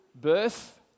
birth